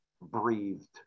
breathed